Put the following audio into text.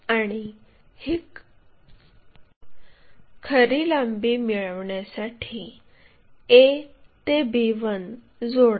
आणि खरी लांबी मिळवण्यासाठी a ते b1 जोडा